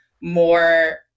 more